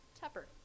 Tupper